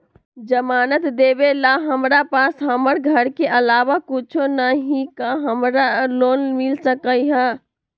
जमानत देवेला हमरा पास हमर घर के अलावा कुछो न ही का हमरा लोन मिल सकई ह?